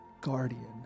guardian